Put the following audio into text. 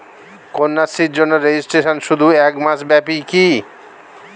কন্যাশ্রীর জন্য রেজিস্ট্রেশন শুধু এক মাস ব্যাপীই কি?